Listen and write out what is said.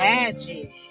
Magic